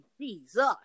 Jesus